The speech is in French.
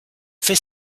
fait